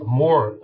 more